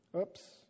Oops